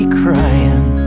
crying